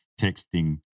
texting